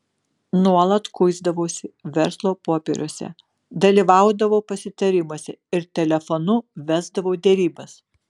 nuolat kuisdavausi verslo popieriuose dalyvaudavau pasitarimuose ir telefonu vesdavau derybas